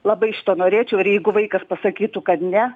labai šito norėčiau ir jeigu vaikas pasakytų kad ne